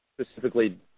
specifically